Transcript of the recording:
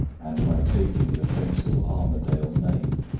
and my taking the fatal armadale name.